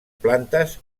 plantes